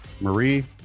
Marie